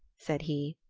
said he.